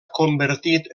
convertit